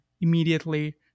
immediately